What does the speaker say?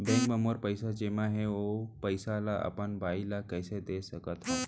Bank म मोर पइसा जेमा हे, ओ पइसा ला अपन बाई ला कइसे दे सकत हव?